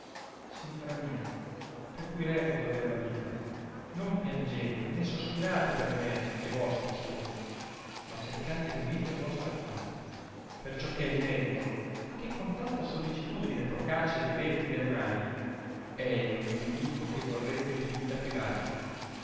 signora mia per cui reputo aver la vita non piangete né sospirate per me che vostro sono ma cercate rimedio al nostro affanno perciò che il medico che con tanta sollecitudine procaccia di avermi nelle mani è il mio nemico che vorrebbe di vita privarmi